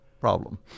problem